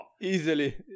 Easily